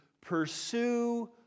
Pursue